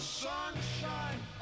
sunshine